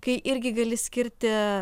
kai irgi gali skirti